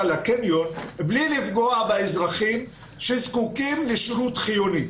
לקניון בלי לפגוע באזרחים שזקוקים לשירות חיוני.